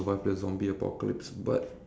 ya